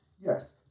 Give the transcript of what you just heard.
Yes